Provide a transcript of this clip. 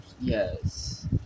yes